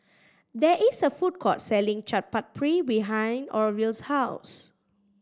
there is a food court selling Chaat Papri behind Orville's house